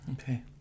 Okay